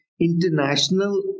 international